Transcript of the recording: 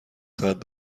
ساعت